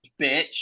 bitch